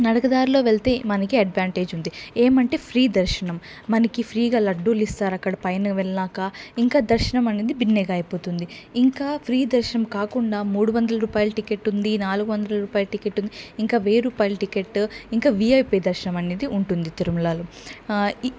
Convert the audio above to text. నడకదారిలో వెళ్తే మనకి అడ్వాంటేజ్ ఉంది ఏమంటే ఫ్రీ దర్శనం మనకి ఫ్రీగా లడ్డూలిస్తారక్కడ పైన వెళ్ళాక ఇంకా దర్శనం అనేది భిన్నగా అయిపోతుంది ఇంకా ఫ్రీ దర్శనం కాకుండా మూడు వందల రూపాయల టికెట్ ఉంది నాలుగు వందల రూపాయల టికెట్ ఉంది ఇంకా వెయ్యి రూపాయల టికెట్టు ఇంకా వీఐపీ దర్శనం అనేది ఉంటుంది తిరుమలలో